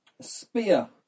spear